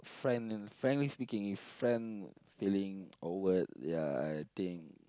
friend friendly speaking if friend feeling awkward ya I think